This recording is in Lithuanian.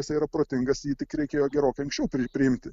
jisai yra protingas tik reikėjo gerokai anksčiau priimti